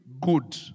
good